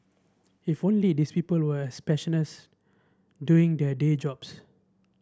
if only these people were as doing their day jobs